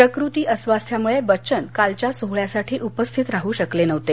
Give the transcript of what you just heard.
प्रकृती अस्वास्थ्यामुळे बच्चन कालच्यासोहोळ्याला उपस्थित राहू शकले नाहीत